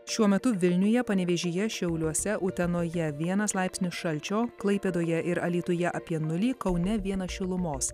šiuo metu vilniuje panevėžyje šiauliuose utenoje vienas laipsnis šalčio klaipėdoje ir alytuje apie nulį kaune vienas šilumos